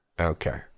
Okay